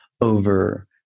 over